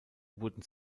wurden